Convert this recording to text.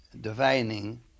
divining